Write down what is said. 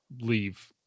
leave